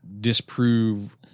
disprove